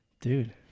dude